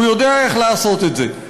הוא יודע איך לעשות את זה.